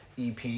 EP